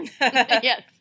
Yes